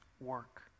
work